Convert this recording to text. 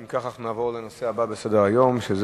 אנחנו נעבור לנושא הבא בסדר-היום, שהוא